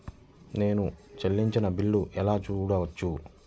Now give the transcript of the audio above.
నేను చెల్లించిన బిల్లు ఎలా చూడవచ్చు?